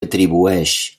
atribueix